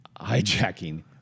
hijacking